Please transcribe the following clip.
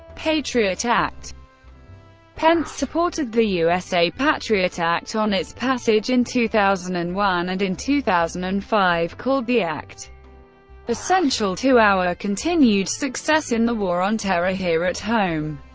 patriot act pence supported the usa patriot act on its passage in two thousand and one, and in two thousand and five called the act essential to our continued success in the war on terror here at home.